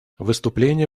выступление